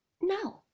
No